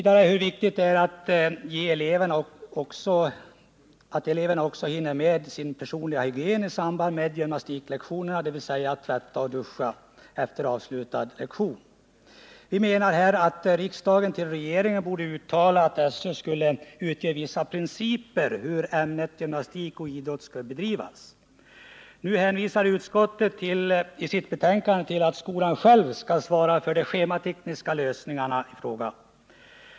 Den tar också upp hur viktigt det är att eleven hinner med sin personliga hygien i samband med gymnastiklektionerna, dvs. att tvätta sig och duscha efter avslutad lektion. Vi menar att riksdagen till regeringen borde uttala att SÖ skulle utge vissa principer om hur ämnet gymnastik och idrott skall bedrivas. Utskottet hänvisar i sitt betänkande till att det är skolan själv som skall svara för de schematekniska lösningarna.